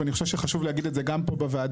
אני חושב שחשוב להגיד את זה גם פה בוועדה,